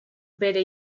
bere